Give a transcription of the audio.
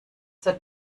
zur